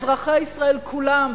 אזרחי ישראל כולם,